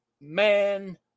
man